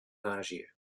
azië